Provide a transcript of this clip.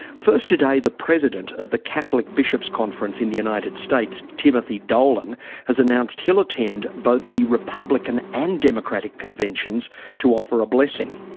first today, the president of the catholic bishops' conference in the united states, timothy dolan has announced he'll attend both the republican and democratic conventions to offer a blessing.